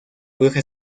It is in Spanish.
bruja